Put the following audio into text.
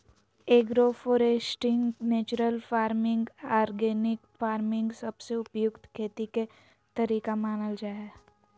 agro foresting, natural farming, organic farming सबसे उपयुक्त खेती के तरीका मानल जा हय